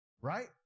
right